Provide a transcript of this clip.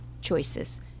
choices